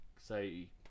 say